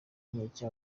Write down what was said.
inkeke